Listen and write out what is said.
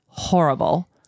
Horrible